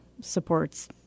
supports